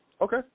Okay